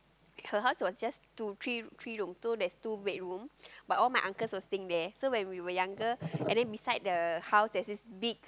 her house was just two three three room two there's two bedroom but all my uncles were staying there so when we were younger and then beside the house there's this big